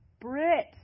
Brit